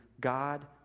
god